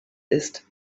ist